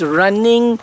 running